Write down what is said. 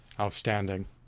outstanding